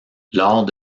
lors